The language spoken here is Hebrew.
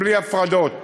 ובלי הפרדות.